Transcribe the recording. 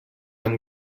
amb